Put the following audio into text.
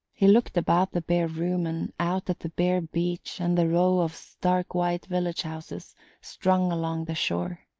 he looked about the bare room and out at the bare beach and the row of stark white village houses strung along the shore.